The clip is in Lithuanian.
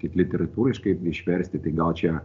kaip literatūriškai išversti tai gal čia